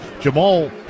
Jamal